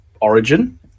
Origin